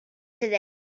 today